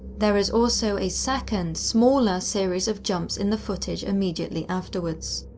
there is also a second, smaller, series of jumps in the footage immediately afterwards.